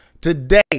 today